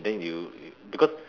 then you you because